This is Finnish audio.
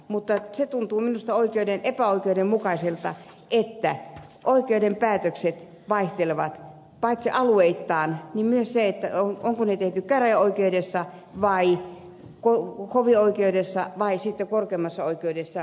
mutta se tuntuu epäoikeudenmukaiselta että oikeuden päätökset vaihtelevat paitsi alueittain niin myös siinä onko ne tehty käräjäoikeudessa hovioikeudessa vai korkeimmassa oikeudessa